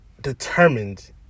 determined